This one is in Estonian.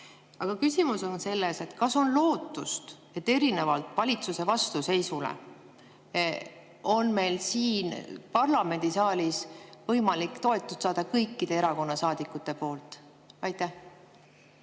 Aga küsimus on selles: kas on lootust, et erinevalt valitsuse vastuseisule on meil siin parlamendisaalis võimalik toetust saada kõikide erakondade saadikutelt? Ma